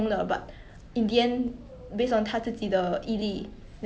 ya poverty is really a cycle it's not easy to come out of